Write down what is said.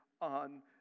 on